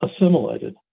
assimilated